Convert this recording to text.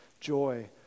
joy